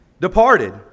departed